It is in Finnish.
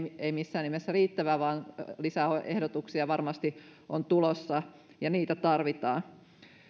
ei missään nimessä riittävä vaan lisää ehdotuksia varmasti on tulossa ja niitä tarvitaan